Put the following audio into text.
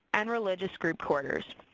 and religious group quarters.